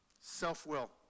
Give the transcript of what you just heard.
self-will